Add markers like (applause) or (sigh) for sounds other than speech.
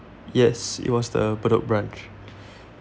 yes it was the bedok branch (breath)